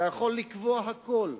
אתה יכול לקבוע הכול.